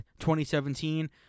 2017